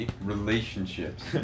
Relationships